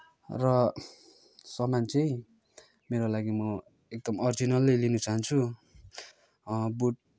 र सामान चाहिँ मेरो लागि म एकदम अरिजिनेल नै लिन चाहन्छु